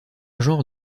genre